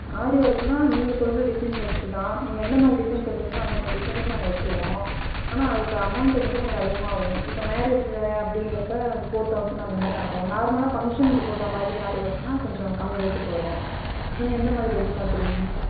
ஆரி ஒர்க்குனா நீங்கள் சொல்லுற டிசைன் பொறுத்து தான் நீங்கள் எந்த மாதிரி டிசைன் சொல்லுறீங்களோ அந்த மாதிரி டிசைன்லேயே நாங்கள் வச்சுருவோம் ஆனால் அதற்கு அமௌண்ட்டு வந்துவிட்டு கொஞ்சம் அதிகமாகவும் இப்போ மேரேஜில் அப்படிங்கிறப்ப வந்து ஃபோர் தௌசண்ட் அந்த மாதிரி ஆகும் நார்மலாக ஃபங்க்ஷனுக்கு போடுற மாதிரி ஆரி ஒர்க்குன்னா கொஞ்சம் கம்மி ரேட்டுக்கு வரும் நீங்கள் எந்த மாதிரி எதிர் பார்க்குறீங்க